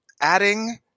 adding